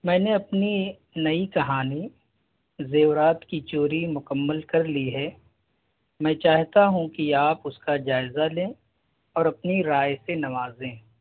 میں نے اپنی نئی کہانی زیورات کی چوری مکمل کر لی ہے میں چاہتا ہوں کہ آپ اس کا جائزہ لیں اور اپنی رائے سے نوازیں